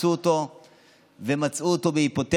חיפשו אותו ומצאו אותו בהיפותרמיה.